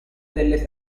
delle